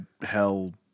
hell